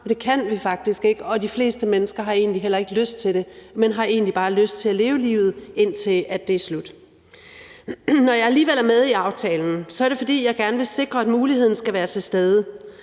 Det kan vi faktisk ikke, og de fleste mennesker har egentlig heller ikke lyst til det, men har egentlig bare lyst til at leve livet, indtil det er slut. Når jeg alligevel er med i aftalen, er det, fordi jeg gerne vil sikre, at muligheden skal være til stede.